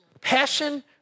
Passion